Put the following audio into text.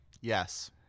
Yes